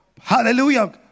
Hallelujah